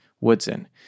Woodson